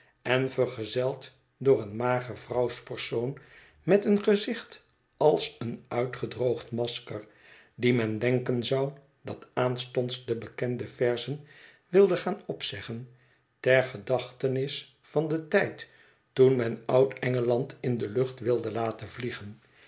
en vergezeld door een mager vrouwspersoon met een gezicht als een uitgedroogd masker die men denken zou dat aanstonds de bekende verzen wilde gaan opzeggen ter gedachtenis van den tijd toen men oud-engeland in de lucht wilde laten vliegen